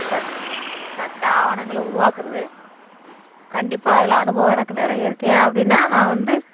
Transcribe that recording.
சட் சட்ட ஆவணங்களை உருவாக்குறது கண்டிப்பாக அதில் அனுபவம் எனக்கு நிறைய இருக்குது ஏன் அப்படின்னால் நான் வந்து